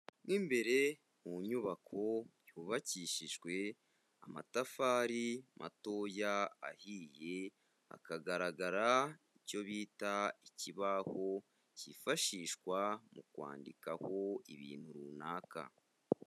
Mo imbere mu nyubako yubakishijwe amatafari matoya ahiye, hakagaragara icyo bita ikibaho cyifashishwa mu kwandikaho ibintu runaka.